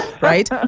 right